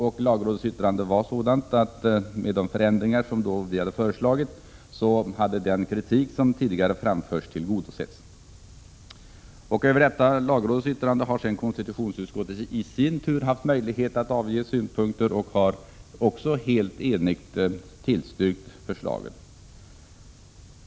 Det yttrande som lagrådet avgav innebar att den tidigare framförda kritiken hade tillgodosetts. Konstitutionsutskottet Prot. 1986/87:36 har sedan i sin tur haft möjlighet att avge synpunkter på detta lagrådets 26 november 1986 yttrande och har helt enigt tillstyrkt förslaget.